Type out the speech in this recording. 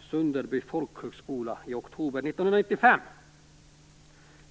Sunderby folkhögskola i oktober 1995.